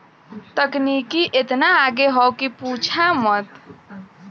तकनीकी एतना आगे हौ कि पूछा मत